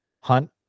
hunt